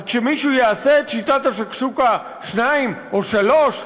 אז כשמישהו יעשה את "שיטת השקשוקה 2" או 3,